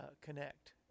Connect